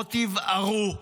הרחובות יבערו.